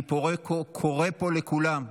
אני קורא פה לכולם,